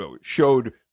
showed